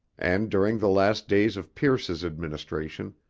and during the last days of pierce's administration,